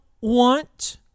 want